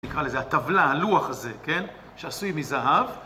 נקרא לזה הטבלה, הלוח הזה, כן? שעשוי מזהב.